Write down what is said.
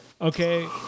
Okay